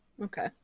Okay